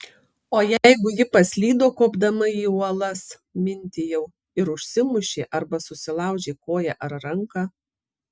o jeigu ji paslydo kopdama į uolas mintijau ir užsimušė arba susilaužė koją ar ranką